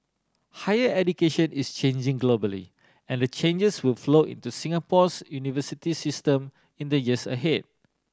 higher education is changing globally and the changes will flow into Singapore's university system in the years ahead